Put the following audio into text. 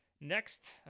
next